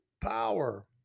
power